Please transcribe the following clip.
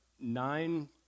nine